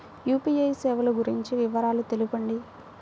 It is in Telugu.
యూ.పీ.ఐ సేవలు గురించి వివరాలు తెలుపండి?